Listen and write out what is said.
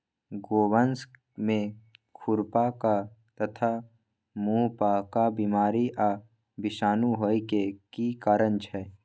गोवंश में खुरपका तथा मुंहपका बीमारी आ विषाणु होय के की कारण छै?